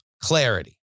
clarity